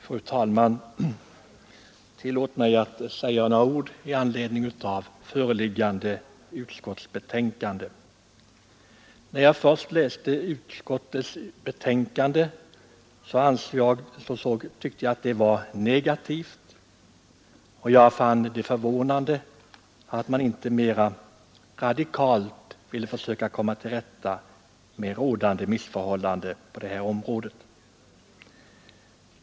Fru talman! Tillåt mig att säga några ord med anledning av föreliggande utskottsbetänkande. När jag först läste utskottets betänkande tyckte jag det var negativt. Jag fann det förvånande att man inte på ett mera radikalt sätt ville försöka komma till rätta med rådande missförhållanden på detta område.